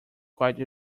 quite